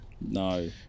No